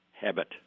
habit